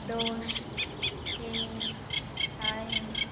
दोश केयी काळींग